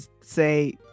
say